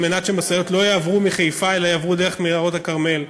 כדי שמשאיות לא יעברו מחיפה אלא דרך מנהרות הכרמל.